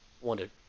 wanted